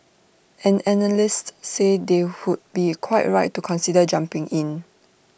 and analysts say they would be quite right to consider jumping in